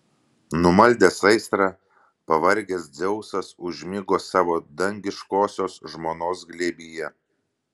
numaldęs aistrą pavargęs dzeusas užmigo savo dangiškosios žmonos glėbyje